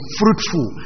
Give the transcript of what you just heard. fruitful